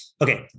Okay